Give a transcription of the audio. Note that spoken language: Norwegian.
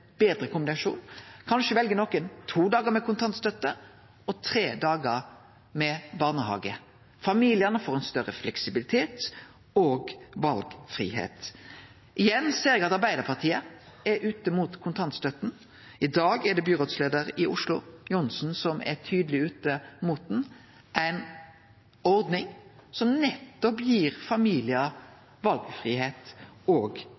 betre kombinasjon. Kanskje vel nokon to dagar med kontantstøtte og tre dagar med barnehage. Familiane får ein større fleksibilitet og valfridom. Igjen ser eg at Arbeidarpartiet er ute mot kontantstøtta. I dag er det byrådsleiar i Oslo, Johansen, som er tydeleg ute mot ho – ei ordning som gir familiar valfridom og